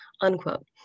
unquote